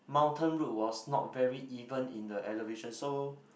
mountain route was not very even in the elevation so